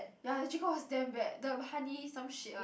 ya the chicken was damn bad the honey some shit one